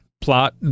plot